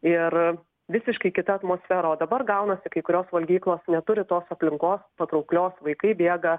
ir visiškai kita atmosfera o dabar gaunasi kai kurios valgyklos neturi tos aplinkos patrauklios vaikai bėga